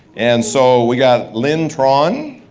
and so we got linh tran.